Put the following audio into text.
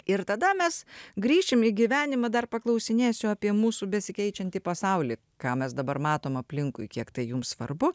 ir tada mes grįšim į gyvenimą dar paklausinėsiu apie mūsų besikeičiantį pasaulį ką mes dabar matom aplinkui kiek tai jums svarbu